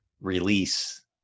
release